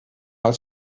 als